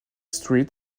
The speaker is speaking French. street